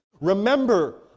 remember